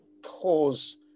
Cause